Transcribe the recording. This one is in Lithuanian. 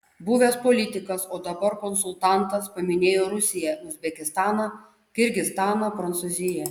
buvęs politikas o dabar konsultantas paminėjo rusiją uzbekistaną kirgizstaną prancūziją